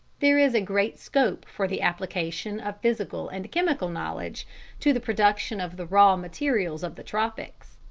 there is great scope for the application of physical and chemical knowledge to the production of the raw materials of the tropics.